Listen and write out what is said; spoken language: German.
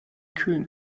kühlen